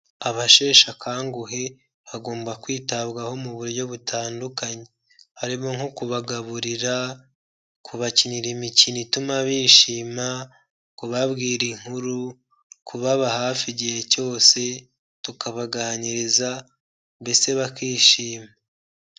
Abasheshe akanguhe bagomba kwitabwaho mu buryo butandukanye, harimo nko kubagaburira, kubakinira imikino ituma bishima, kubabwira inkuru, kubaba hafi igihe cyose tukabaganiriza, mbese bakishima.